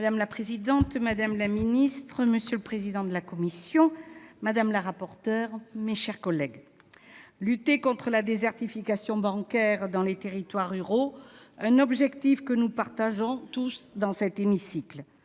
Madame la présidente, madame la secrétaire d'État, monsieur le président de la commission, madame la rapporteur, mes chers collègues, lutter contre la désertification bancaire dans les territoires ruraux est un objectif que nous partageons tous dans cet hémicycle.